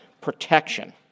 protection